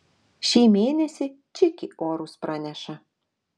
šį mėnesį čiki orus praneša